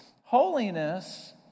Holiness